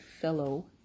fellow